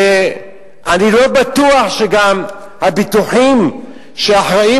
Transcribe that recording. ואני לא בטוח שגם הביטוחים שאחראים